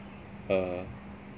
err